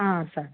ಹಾಂ ಸರಿ